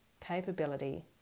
capability